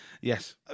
Yes